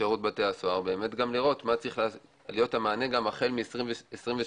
שירות בתי-הסוהר כדי לראות מה צריך להיות המענה החל מ-2023